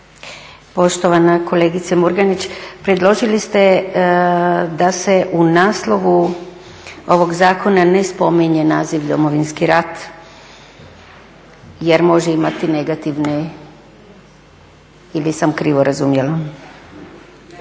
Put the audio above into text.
Poštovana kolegice Murganić, predložili ste da se u naslovu ovog zakona ne spominje naziv Domovinski rat jer može imati negativne ili sam krivo razumjela.